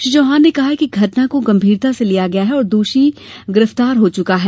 श्री चौहान ने कहा कि इस घटना को गंभीरता से लिया गया तथा आरोपी गिरफ्तार हो चुका है